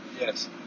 Yes